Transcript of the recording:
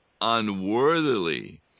unworthily